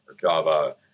Java